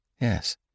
Yes